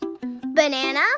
Banana